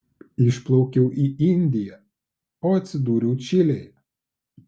išplaukiau į indiją o atsidūriau čilėje